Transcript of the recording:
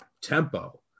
tempo